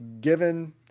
given